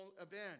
event